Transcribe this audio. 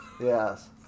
Yes